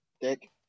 Dick